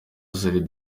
ziri